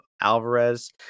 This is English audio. Alvarez